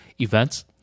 events